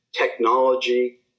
technology